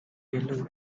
yellow